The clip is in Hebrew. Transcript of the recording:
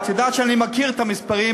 את יודעת שאני מכיר את המספרים,